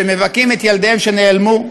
שמבכים את ילדיהם שנעלמו,